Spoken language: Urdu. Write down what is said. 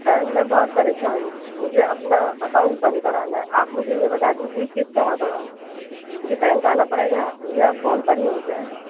سر میں بہت پرہشان ہوں مجھے اپنا اکاؤن بند کرانا ہے آپ مجھے یہ بتا دیجیے کس طرح کراؤں مجھے بینک جانا پڑے گا یا فون پر ہی ہو جائے گا